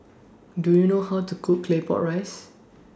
Do YOU know How to Cook Claypot Rice